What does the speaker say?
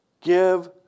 Give